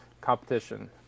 competition